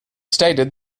stated